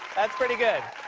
that's pretty good.